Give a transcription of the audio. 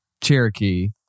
Cherokee